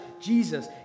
Jesus